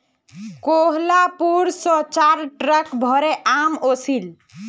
कोहलापुर स चार ट्रक भोरे आम ओसील